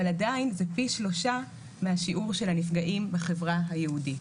עדיין זה פי 3 מהשיעור של הנפגעים בחברה היהודית.